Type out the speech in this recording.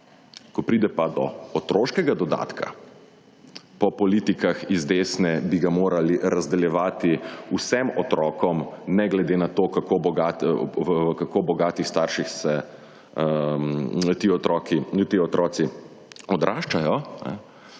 ko pride pa do otroškega dodatka, po politikah iz desne bi ga morali razdeljevati vsem otrokom ne glede na to, kako bogatim staršem ti otroci odraščajo,